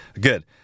good